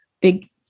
Big